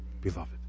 beloved